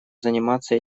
заниматься